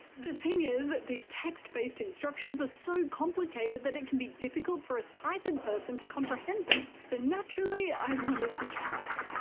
the thing is, these text-based instructions are so complicated that it can be difficult for a sighted person to comprehend them. so naturally, i wanted to try.